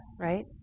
right